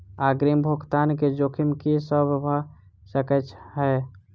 अग्रिम भुगतान केँ जोखिम की सब भऽ सकै हय?